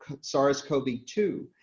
SARS-CoV-2